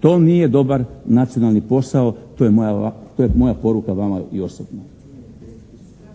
To nije dobar nacionalan posao, to je moja poruka vama i osobno.